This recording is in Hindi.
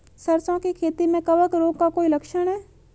सरसों की खेती में कवक रोग का कोई लक्षण है?